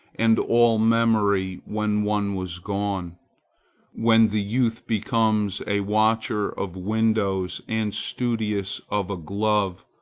and all memory when one was gone when the youth becomes a watcher of windows and studious of a glove,